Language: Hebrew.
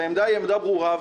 והעמדה שלו היא עמדה ברורה.